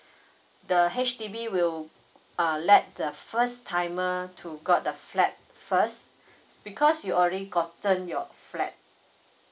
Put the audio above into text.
the H_D_B will err let the first timer to got the flat first because you already gotten your flat